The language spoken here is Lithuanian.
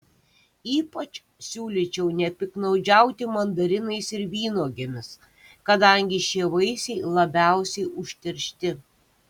ypač siūlyčiau nepiktnaudžiauti mandarinais ir vynuogėmis kadangi šie vaisiai labiausiai užteršti